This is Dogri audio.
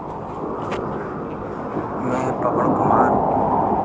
में पवन कुमार